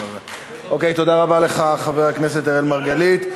אוקיי, תודה רבה לך, חבר הכנסת אראל מרגלית.